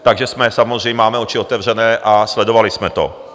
Takže jsme samozřejmě... máme oči otevřené a sledovali jsme to.